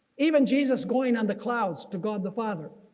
even jesus going on the clouds to god the father.